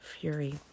fury